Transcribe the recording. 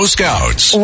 Scouts